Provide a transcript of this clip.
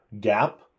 gap